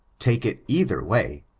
take it either way,